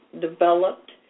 developed